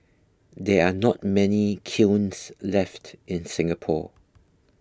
there are not many kilns left in Singapore